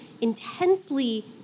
intensely